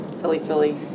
Philly-Philly